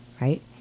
Right